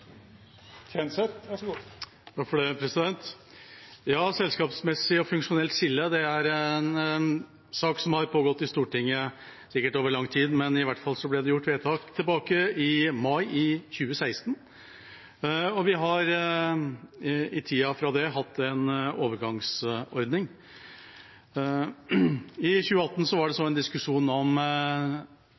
selskapsmessig og funksjonelt skille har pågått i Stortinget sikkert over lang tid, men det ble i hvert fall gjort vedtak tilbake i mai i 2016. Vi har i tiden siden det hatt en overgangsordning. I 2018 var det så en diskusjon om